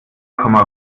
komma